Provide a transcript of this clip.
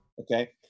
okay